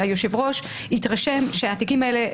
שהיושב-ראש התרשם שהתיקים האלה,